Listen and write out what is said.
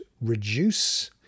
reduce